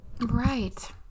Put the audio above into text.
Right